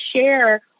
share